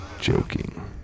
joking